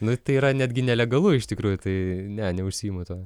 nu tai yra netgi nelegalu iš tikrųjų tai ne neužsiimu tuo